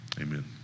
Amen